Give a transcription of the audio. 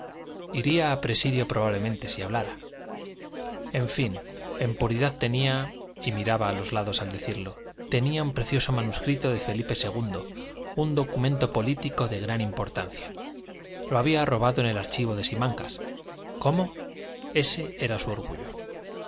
iría a presidio probablemente si hablara en fin en puridad tenía y miraba a los lados al decirlo tenía un precioso manuscrito de felipe ii un documento político de gran importancia lo había robado en el archivo de simancas cómo ese era su orgullo